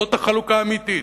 זאת החלוקה האמיתית.